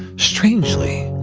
strangely,